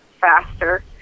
faster